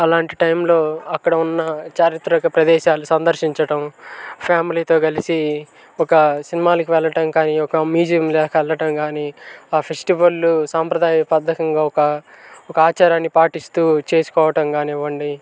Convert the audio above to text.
అలాంటి టైంలో అక్కడ ఉన్న చారిత్రక ప్రదేశాలు సందర్శించటం ఫ్యామిలీతో కలిసి ఒక సినిమాలకు వెళ్ళటం కానీ ఒక మ్యూజియంలకు వెళ్ళటం కానీ ఆ ఫెస్టివల్లు సాంప్రదాయ పద్ధకంగా ఒక ఒక ఆచారాన్ని పాటిస్తూ చేసుకోవటం కానివ్వండి